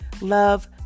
love